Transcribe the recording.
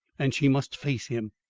and she must face him!